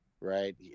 right